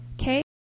okay